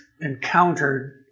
encountered